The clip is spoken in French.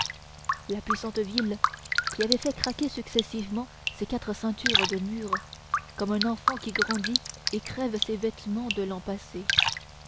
la puissante ville avait fait craquer successivement ses quatre ceintures de murs comme un enfant qui grandit et qui crève ses vêtements de l'an passé